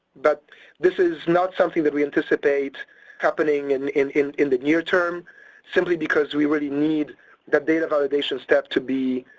but this is not something that we anticipate happening and in, in, in the near-term simply because we really need that data validation step to be,